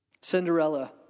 Cinderella